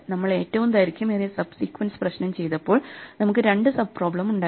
നമ്മൾ ഏറ്റവും ദൈർഘ്യമേറിയ സബ് സീക്വൻസ് പ്രശ്നം ചെയ്തപ്പോൾ നമുക്ക് രണ്ട് സബ് പ്രോബ്ലം ഉണ്ടായിരുന്നു